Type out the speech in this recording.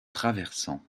traversant